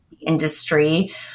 industry